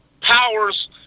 powers